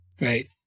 right